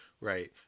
right